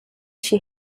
she